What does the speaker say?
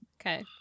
okay